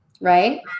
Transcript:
Right